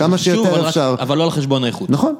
כמה שיותר אפשר -אבל לא על חשבון האיכות -נכון